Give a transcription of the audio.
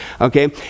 Okay